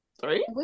three